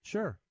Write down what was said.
Sure